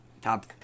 Top